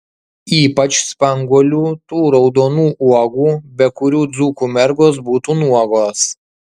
ypač spanguolių tų raudonų uogų be kurių dzūkų mergos būtų nuogos